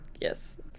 Yes